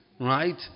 Right